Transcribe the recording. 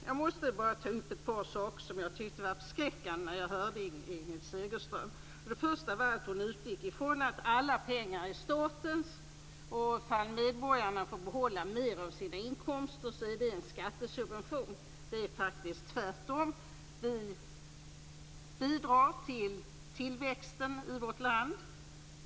Jag måste ta upp ett par saker som jag tyckte var förskräckande i Inger Segelströms anförande. Hon utgick från att alla pengar är statens. Om medborgarna får behålla en del av sina inkomster, är det fråga om en skattesubvention. Det är faktiskt tvärtom så att det bidrar till tillväxten i vårt land.